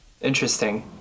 Interesting